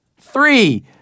Three